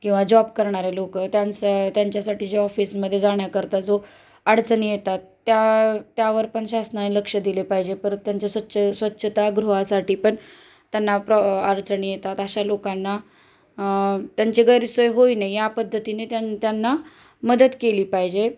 किंवा जॉब करणारे लोकं त्यांचा त्यांच्यासाठी जे ऑफिसमध्ये जाण्याकरता जो अडचणी येतात त्या त्यावर पण शासनाने लक्ष दिले पाहिजे परत त्यांच्या स्वच्छ स्वच्छतागृहासाठी पण त्यांना प्र अडचणी येतात अशा लोकांना त्यांचे गैरसोय होई ना या पद्धतीने त्यां त्यांना मदत केली पाहिजे